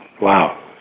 Wow